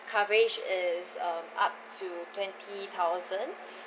coverage is um up to twenty thousand